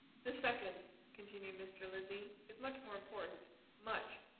the second, continued mr. lindsey, is much more important much!